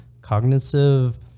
cognitive